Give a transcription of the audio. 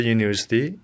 University